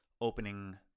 opening